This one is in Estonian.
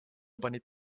panid